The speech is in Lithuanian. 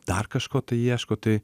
dar kažko ieško tai